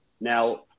Now